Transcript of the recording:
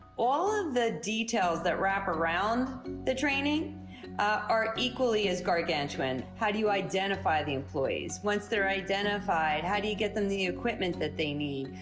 all of the details that wrap around the training are equally as gargantuan. how do you identify the employees? once they're identified, how do you get them the equipment they need?